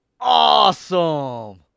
awesome